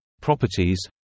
properties